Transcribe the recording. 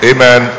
Amen